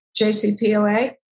JCPOA